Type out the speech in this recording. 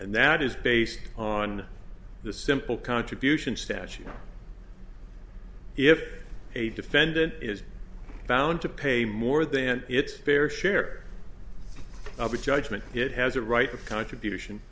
and that is based on the simple contribution statute if a defendant is found to pay more than its fair share of a judgment it has a right of contribution